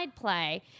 play